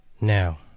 now